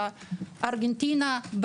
בארגנטינה,